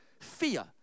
fear